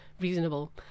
reasonable